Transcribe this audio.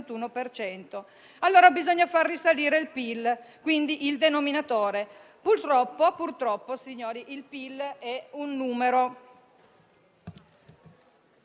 Allora bisogna far risalire il PIL, quindi il denominatore del rapporto. Purtroppo, il PIL è un numero